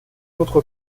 notre